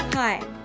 Hi